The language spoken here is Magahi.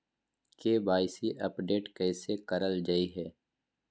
के.वाई.सी अपडेट कैसे करल जाहै?